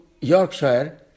Yorkshire